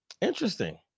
interesting